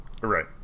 Right